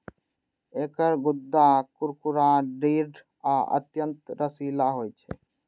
एकर गूद्दा कुरकुरा, दृढ़ आ अत्यंत रसीला होइ छै